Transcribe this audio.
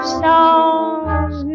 songs